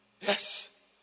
Yes